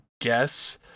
guess